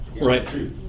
right